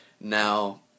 Now